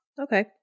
Okay